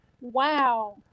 wow